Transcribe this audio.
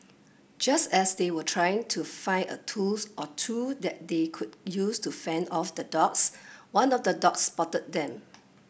just as they were trying to find a tools or two that they could use to fend off the dogs one of the dogs spotted them